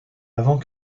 avant